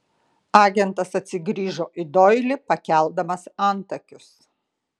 agentas atsigrįžo į doilį pakeldamas antakius